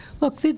look